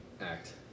act